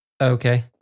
Okay